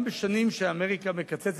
גם בשנים שאמריקה מקצצת